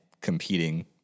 competing